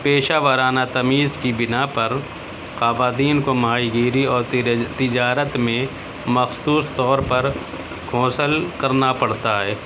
پیشہ وارانہ تمیز کی بنا پر خواتین کو ماہی گیری اور تجارت میں مخصوص طور پرکھونسل کرنا پڑتا ہے